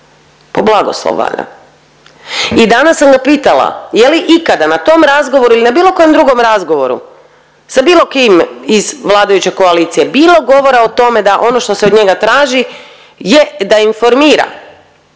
Po blagoslov valjda. I danas sam ga pitala je li ikada na tom razgovoru ili na bilo kojem drugom razgovoru sa bilo kim iz vladajuće koalicije bilo govora o tome da ono što se od njega traži je da informira